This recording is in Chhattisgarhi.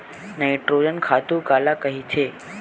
नाइट्रोजन खातु काला कहिथे?